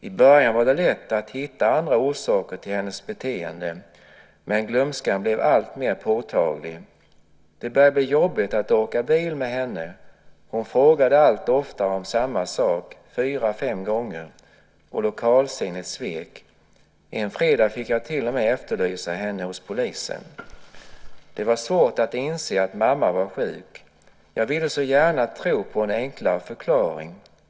I början var det lätt att hitta andra orsaker till hennes beteende, men glömskan blev alltmer påtaglig. Det började bli jobbigt att åka bil med henne, hon frågade allt oftare om samma sak fyra fem gånger och lokalsinnet svek. En fredag fick jag till och med efterlysa henne hos polisen. Det var svårt att inse att mamma var sjuk. Jag ville så gärna tro på en enklare förklaring.